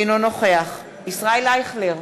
אינו נוכח ישראל אייכלר,